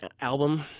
album